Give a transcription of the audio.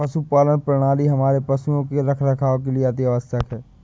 पशुपालन प्रणाली हमारे पशुओं के रखरखाव के लिए अति आवश्यक है